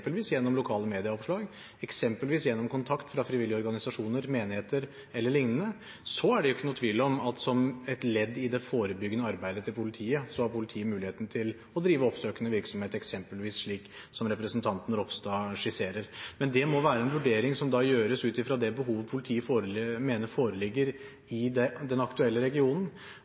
gjennom lokale medieoppslag, eksempelvis gjennom kontakt med frivillige organisasjoner, menigheter eller lignende – er det ikke noen tvil om at politiet, som et ledd i sitt forebyggende arbeid, har mulighet til å drive oppsøkende virksomhet, eksempelvis slik som representanten Ropstad skisserer. Men det må være en vurdering som gjøres ut fra det behovet politiet mener foreligger